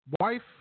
wife